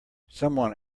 someone